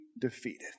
defeated